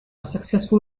successful